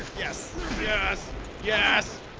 yes yes yes